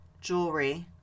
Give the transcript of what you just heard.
jewelry